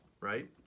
right